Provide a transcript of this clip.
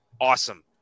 Awesome